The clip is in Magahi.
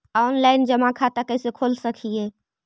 ऑनलाइन जमा खाता कैसे खोल सक हिय?